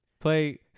play